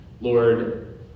Lord